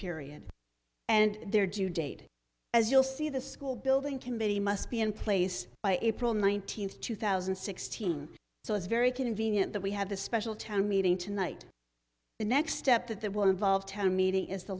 period and their due date as you'll see the school building committee must be in place by april nineteenth two thousand and sixteen so it's very convenient that we have the special town meeting tonight the next step that that will involve town meeting is the